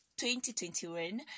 2021